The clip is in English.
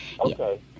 Okay